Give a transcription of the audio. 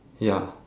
ya